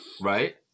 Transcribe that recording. right